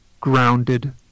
grounded